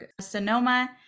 Sonoma